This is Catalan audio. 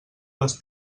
les